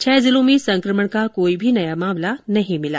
छह जिलों में संकमण का कोई भी नया मामला नहीं मिला